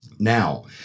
Now